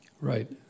Right